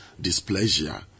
displeasure